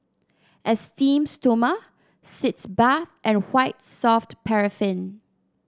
Esteem Stoma Sitz Bath and White Soft Paraffin